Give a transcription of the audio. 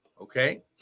okay